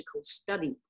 study